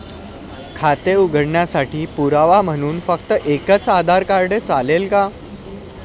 खाते उघडण्यासाठी पुरावा म्हणून फक्त एकच आधार कार्ड चालेल का?